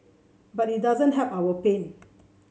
but it doesn't help our pain